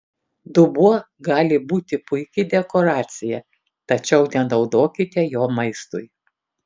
dubuo gali būti puiki dekoracija tačiau nenaudokite jo maistui